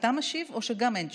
אתה משיב או שגם אין תשובה?